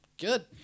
Good